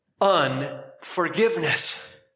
unforgiveness